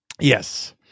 Yes